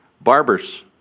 barbers